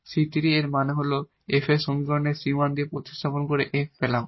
সুতরাং 𝑐3 এবং এর মানে হল এই 𝑓 সমীকরণে c 1 প্রতিস্থাপন করে f পেলাম